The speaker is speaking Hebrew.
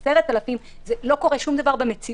ל-10,000 ש"ח לא קורה שום דבר במציאות.